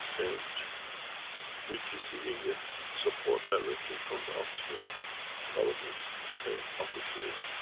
and with receiving ah support directly from the office of governments and officials,